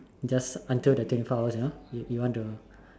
just after the twenty four hours you know you want to